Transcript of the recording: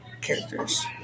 characters